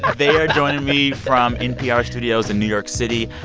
they are joining me from npr studios in new york city.